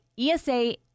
ESA